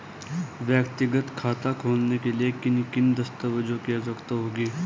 व्यक्तिगत खाता खोलने के लिए किन किन दस्तावेज़ों की आवश्यकता होगी?